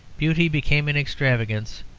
beauty became an extravagance,